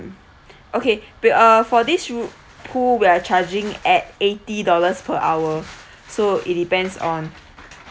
okay uh for this pool we are charging at eighty dollars per hour so it depends on